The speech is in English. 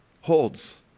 holds